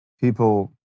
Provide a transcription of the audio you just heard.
People